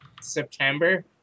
September